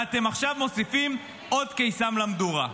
ואתם עכשיו מוסיפים עוד קיסם למדורה.